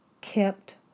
Kept